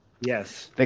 Yes